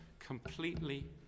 completely